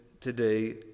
today